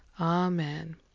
Amen